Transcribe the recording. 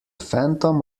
phantom